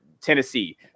Tennessee